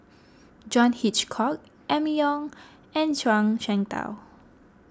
John Hitchcock Emma Yong and Zhuang Shengtao